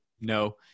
No